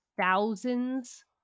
thousands